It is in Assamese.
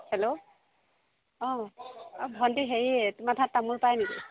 হেল্ল' অ অ ভণ্টি হেৰি তোমাৰ তাত তামোল পায় নেকি